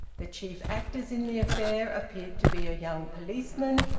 the chief actors in the affair appeared to be a young policeman,